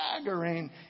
staggering